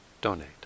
donate